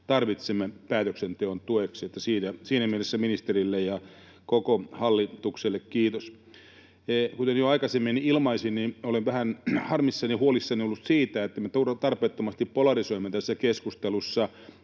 tarvitsemme päätöksenteon tueksi. Että siinä mielessä ministerille ja koko hallitukselle kiitos. Kuten jo aikaisemmin ilmaisin, niin olen vähän harmissani ja huolissani ollut siitä, että me tarpeettomasti polarisoimme tätä keskustelua